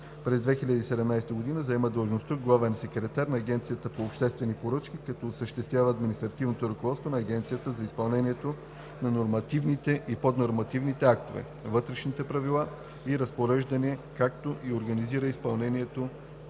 През 2017 г. заема длъжността „главен секретар“ в Агенцията по обществени поръчки като осъществява административното ръководство на Агенцията за изпълнението на нормативните и поднормативните актове, вътрешните правила и разпореждания, както и организира изпълнението